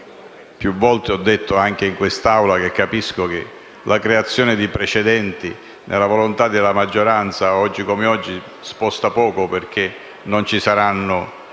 Più volte ho detto, anche in quest'Assemblea, che la creazione di precedenti, nella volontà della maggioranza, oggi come oggi sposta poco, perché non ci saranno